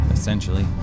essentially